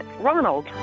ronald